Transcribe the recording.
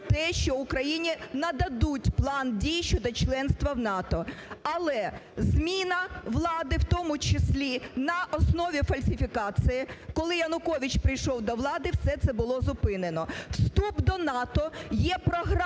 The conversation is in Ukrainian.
те, що Україні нададуть План дій щодо членства в НАТО. Але зміна влади, в тому числі на основі фальсифікації, коли Янукович прийшов до влади, все це було зупинено. Вступ до НАТО є програмною